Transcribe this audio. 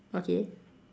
okay